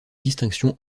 distinction